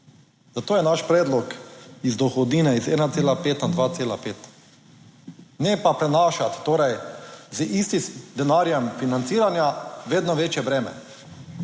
Zato je naš predlog iz dohodnine iz 1,5 na 2,5. Ne pa prenašati, torej z istim denarjem financiranja vedno večje breme,